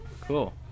cool